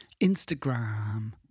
Instagram